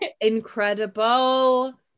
Incredible